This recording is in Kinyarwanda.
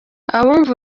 abumva